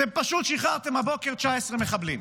פשוט שחררתם הבוקר 19 מחבלים.